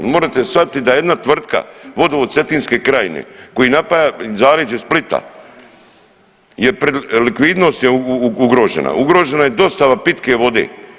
Vi morate shvatiti da jedna tvrtka Vodovod Cetinske krajine koji napaja zaleđe Splita likvidnost je ugrožena, ugrožena je dostava pitke vode.